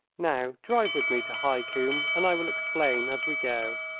now drive with me to high combe, and i will explain as we go.